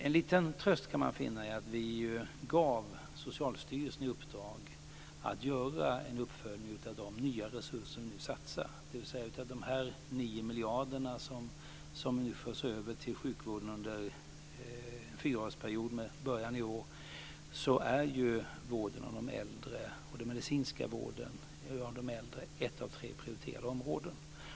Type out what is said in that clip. En liten tröst kan man finna i att vi givit Socialstyrelsen i uppdrag att göra en uppföljning av de nya resurser som vi satsar - dvs. av de 9 miljarder som förs över till sjukvården under en fyraårsperiod med början i år - och att den medicinska vården av äldre där är ett av tre prioriterade områden.